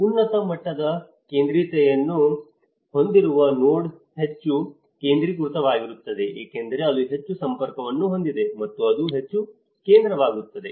ಉನ್ನತ ಮಟ್ಟದ ಕೇಂದ್ರೀಯತೆಯನ್ನು ಹೊಂದಿರುವ ನೋಡ್ಗಳು ಹೆಚ್ಚು ಕೇಂದ್ರೀಕೃತವಾಗಿರುತ್ತವೆ ಏಕೆಂದರೆ ಅದು ಹೆಚ್ಚು ಸಂಪರ್ಕಗಳನ್ನು ಹೊಂದಿದೆ ಮತ್ತು ಅದು ಹೆಚ್ಚು ಕೇಂದ್ರವಾಗುತ್ತದೆ